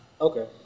Okay